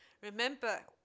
remember